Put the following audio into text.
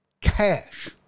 cash